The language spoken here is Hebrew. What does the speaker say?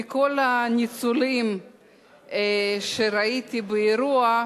מכל הניצולים שראיתי באירוע,